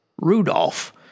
Rudolph